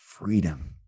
Freedom